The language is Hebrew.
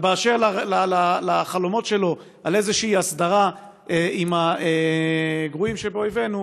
ובאשר לחלומות שלו על איזושהי הסדרה עם הגרועים שבאויבינו,